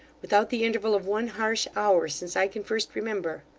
without the interval of one harsh hour, since i can first remember